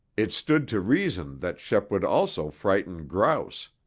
it stood to reason that shep would also frighten grouse,